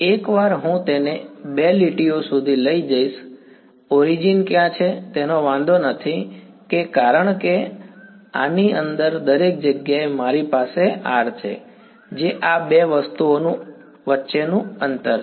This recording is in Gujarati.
એકવાર હું તેને બે લીટીઓ સુધી લઈ જઈશ ઓરીજીન ક્યાં છે તેનો વાંધો નથી કે કારણ કે આની અંદર દરેક જગ્યાએ મારી પાસે R છે જે આ બે વચ્ચેનું અંતર છે